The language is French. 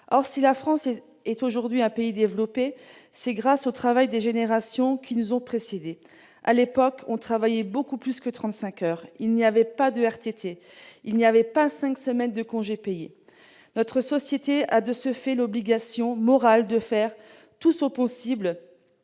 Or, si la France est aujourd'hui un pays développé, c'est grâce au travail des générations qui nous ont précédés. À l'époque, on travaillait beaucoup plus que 35 heures par semaine, il n'y avait pas de RTT ni cinq semaines de congés payés. Notre société a de ce fait l'obligation morale de faire tout son possible